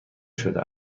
شده